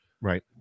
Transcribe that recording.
Right